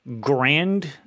grand